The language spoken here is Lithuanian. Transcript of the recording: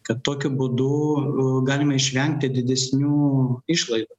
kad tokiu būdu galima išvengti didesnių išlaidų